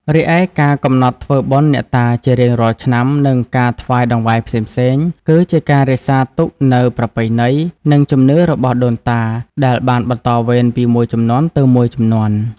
រីឯការកំណត់ធ្វើបុណ្យអ្នកតាជារៀងរាល់ឆ្នាំ និងការថ្វាយតង្វាយផ្សេងៗ គឺជាការរក្សាទុកនូវប្រពៃណី និងជំនឿរបស់ដូនតា ដែលបានបន្តវេនពីមួយជំនាន់ទៅមួយជំនាន់។